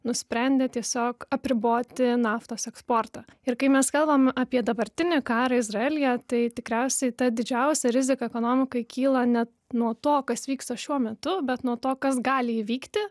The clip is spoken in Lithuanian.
nusprendė tiesiog apriboti naftos eksportą ir kai mes kalbam apie dabartinį karą izraelyje tai tikriausiai ta didžiausia rizika ekonomikai kyla ne nuo to kas vyksta šiuo metu bet nuo to kas gali įvykti